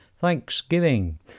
Thanksgiving